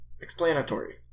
explanatory